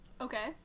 Okay